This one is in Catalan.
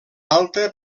alta